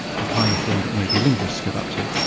the kind of thing that maybe linguists get up to.